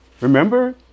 Remember